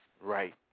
Right